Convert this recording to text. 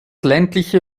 ländliche